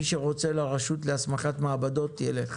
מי שרוצה ללכת לרשות להסמכת מעבדות ילך,